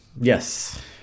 yes